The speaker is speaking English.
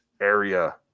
area